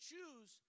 choose